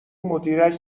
مدیرش